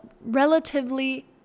relatively